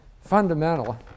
fundamental